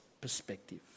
perspective